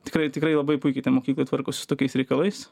tikrai tikrai labai puikiai ta mokykla tvarkosi su tokiais reikalais